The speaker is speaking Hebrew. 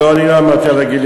לא, אני לא אמרתי על הגילאים.